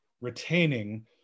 retaining